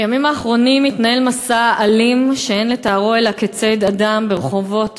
בימים האחרונים מתנהל מסע אלים שאין לתארו אלא כציד אדם ברחובות